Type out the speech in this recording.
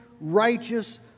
righteous